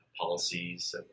policies